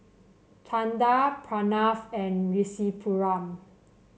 Chanda Pranav and Rasipuram